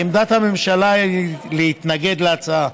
עמדת הממשלה היא להתנגד להצעה.